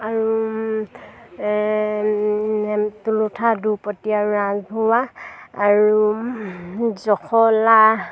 আৰু তুলঠা দুপতি আৰু ৰাজ ভৰোৱা আৰু জখলা